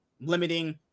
limiting